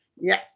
Yes